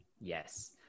yes